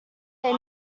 they